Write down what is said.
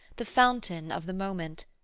the fountain of the moment,